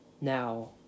Now